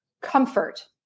comfort